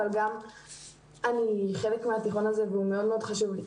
ואני גם חלק מהתיכון הזה והוא מאוד מאוד חשוב לי.